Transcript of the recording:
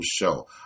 show